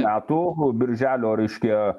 metų birželio reiškia